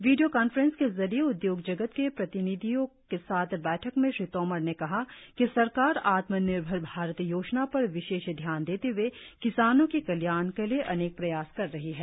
video conference के जरिए उदयोग जगत के प्रतिनिधियों के साथ बैठक में श्री तोमर ने कहा कि सरकार आत्मनिर्भर भारत योजना पर विशेष ध्यान देते हए किसानों के कल्याण के लिए अनेक प्रयास कर रही है